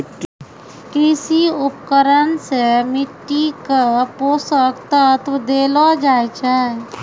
कृषि उपकरण सें मिट्टी क पोसक तत्व देलो जाय छै